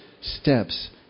steps